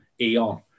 eon